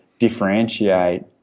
differentiate